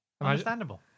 Understandable